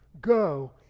Go